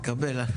תקבל.